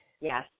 Yes